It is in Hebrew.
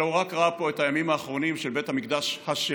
אלא הוא רק ראה פה את הימים האחרונים של בית המקדש השני